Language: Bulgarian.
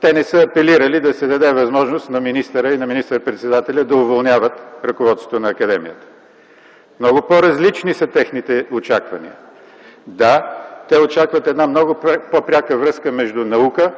те не са апелирали да се даде възможност на министъра и на министър-председателя да уволняват ръководството на академията. Много по-различни са техните очаквания. Да, те очакват една нова по-пряка връзка между наука,